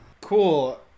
cool